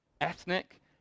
ethnic